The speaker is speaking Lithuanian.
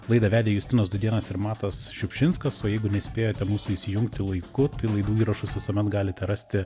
laidą vedė justinas dūdėnas ir matas šiupšinskas o jeigu nespėjote mūsų įsijungti laiku tai laidų įrašus visuomet galite rasti